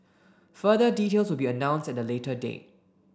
further details will be announced at a later date